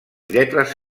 lletres